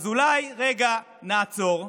אז אולי רגע נעצור,